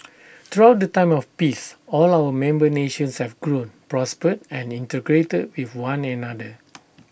throughout the time of peace all our member nations have grown prospered and integrated with one another